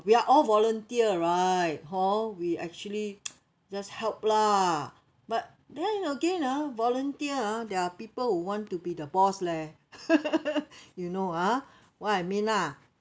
we are all volunteer right hor we actually just help lah but then again ah volunteer ah there are people who want to be the boss leh you know ah what I mean lah